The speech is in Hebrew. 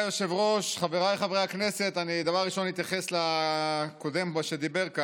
אחיי ואחיותיי למחאה, בואו, ב-2014 בנינו אותה.